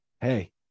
Hey